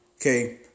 Okay